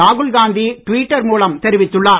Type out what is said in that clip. ராகுல் காந்தி டுவிட்டர் மூலம் தெரிவித்துள்ளார்